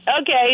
Okay